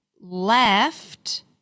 left